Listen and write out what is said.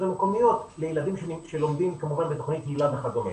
המקומיות לילדים שלומדים בתכנית היל"ה וכדומה.